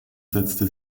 setzte